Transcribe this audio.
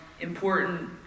important